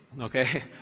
Okay